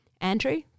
Andrew